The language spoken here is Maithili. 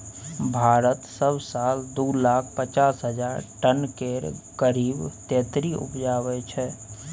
भारत सब साल दु लाख पचास हजार टन केर करीब तेतरि उपजाबै छै